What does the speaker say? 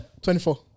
24